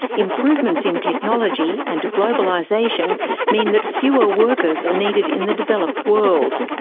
improvements in technology and globalisation mean that fewer workers are needed in the developed world.